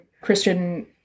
Christian